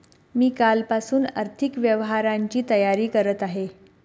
मी कालपासून आर्थिक व्यवहारांची तयारी करत आहे